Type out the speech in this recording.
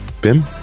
Bim